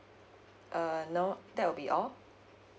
uh no that will be all